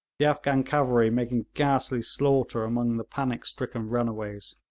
the afghan cavalry making ghastly slaughter among the panic-stricken runaways.